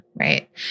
Right